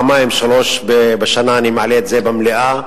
פעמיים-שלוש בשנה אני מעלה את זה במליאה,